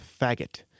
faggot